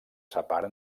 separa